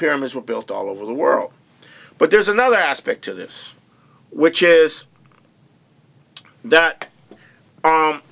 pyramids were built all over the world but there's another aspect to this which is that